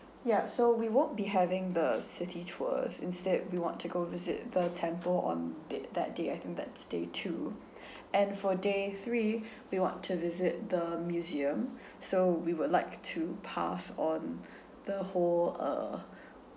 ya so we won't be having the city tours instead we want to go visit the temple on d~ that day I think that 's two and for day three we want to visit the museum so we would like to pass on the whole uh